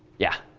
yeah?